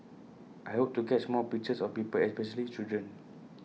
I hope to catch more pictures of people especially children